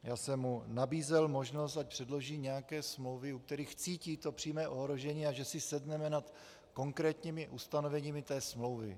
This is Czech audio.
Já jsem mu nabízel možnost, ať předloží nějaké smlouvy, u kterých cítí to přímé ohrožení, a že si sedneme nad konkrétními ustanoveními té smlouvy.